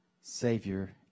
Savior